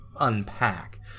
unpack